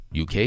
UK